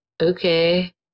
okay